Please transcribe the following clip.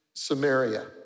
Samaria